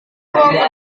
uang